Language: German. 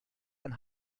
ein